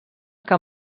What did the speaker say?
que